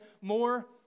more